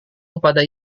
kepada